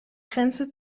grenze